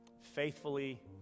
faithfully